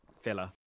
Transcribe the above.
filler